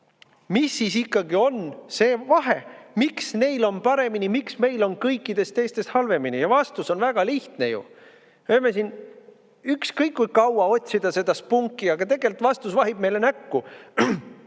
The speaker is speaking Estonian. Milles ikkagi on vahe? Miks neil on paremini, miks meil on kõikidest teistest halvemini? Ja vastus on väga lihtne ju. Me võime siin ükskõik kui kaua otsida seda spunki, aga tegelikult vastus vahib meile näkku: